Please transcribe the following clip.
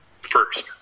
first